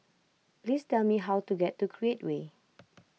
please tell me how to get to Create Way